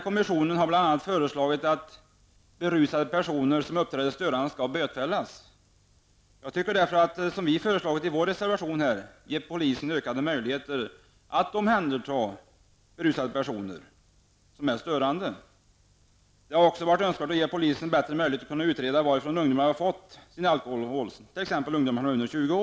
Kommissionen har bl.a. föreslagit att berusade personer som uppträder störande skall bötfällas. Jag tycker därför att, som vi föreslagit i vår reservation, polisen skall ges ökade möjligheter att omhänderta berusade personer. Det hade också varit önskvärt att kunna ge polisen bättre möjligheter att kunna utreda varifrån ungdomar under 20 år fått fatt i alkohol.